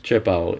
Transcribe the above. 确保